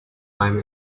time